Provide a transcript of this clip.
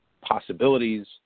possibilities